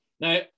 Now